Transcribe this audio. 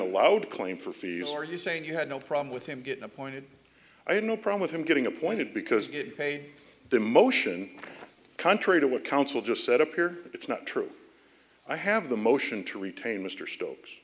allowed claim for fees are you saying you had no problem with him get appointed i have no problem with him getting appointed because get paid the motion contrary to what counsel just set up here it's not true i have the motion to retain mr sto